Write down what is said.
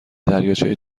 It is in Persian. دریاچه